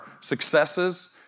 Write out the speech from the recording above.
successes